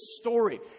story